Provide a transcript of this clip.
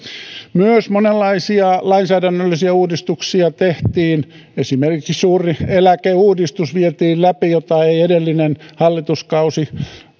myös monenlaisia lainsäädännöllisiä uudistuksia tehtiin esimerkiksi suuri eläkeuudistus vietiin läpi jota ei edellinen hallituskausi